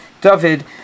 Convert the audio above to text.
David